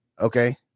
Okay